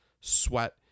sweat